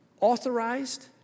authorized